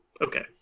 Okay